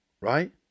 right